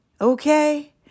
Okay